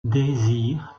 désir